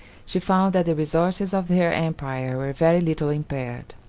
she found that the resources of her empire were very little impaired.